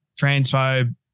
transphobe